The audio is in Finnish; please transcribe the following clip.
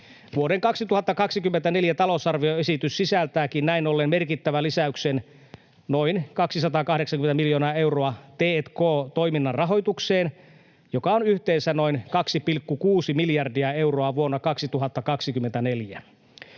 Vuoden 2024 talousarvioesitys sisältääkin näin ollen merkittävän lisäyksen, noin 280 miljoonaa euroa, t&k-toiminnan rahoitukseen, joka on yhteensä noin 2,6 miljardia euroa vuonna 2024.